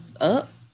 up